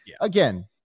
again